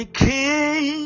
king